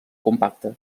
compacta